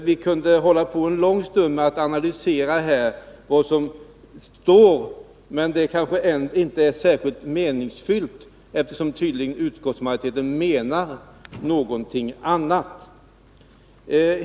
Vi kunde hålla på en lång stund med att analysera vad som står i majoritetens skrivning, men det kanske inte är särskilt meningsfyllt, eftersom utskottsmajoriteten tydligen menar någonting annat.